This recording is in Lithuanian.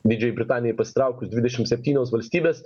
didžiajai britanijai pasitraukus dvidešimt septynios valstybės